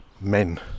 men